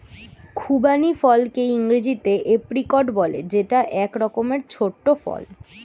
খুবানি ফলকে ইংরেজিতে এপ্রিকট বলে যেটা এক রকমের ছোট্ট ফল